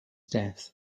death